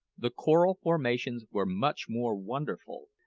the coral formations were much more wonderful,